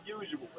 usual